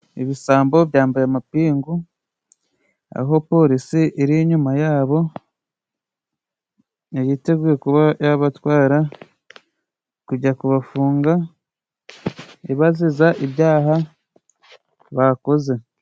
Ibisambo byambaye amapingu aho polisi iri inyuma yabyo, yiteguye kuba yabatwara kujya kubafunga ibaziza ibyaha bakoze.